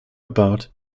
about